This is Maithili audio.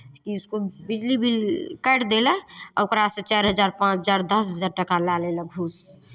ई ओ बिजली बिल काटि देलक आओर ओकरासँ चारि हजार पाँच हजार दस हजार टाका लए लेलक घूस